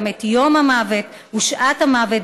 גם את יום המוות ושעת המוות,